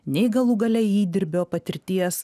nei galų gale įdirbio patirties